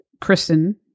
Kristen